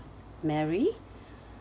mary